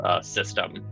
system